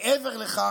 מעבר לכך,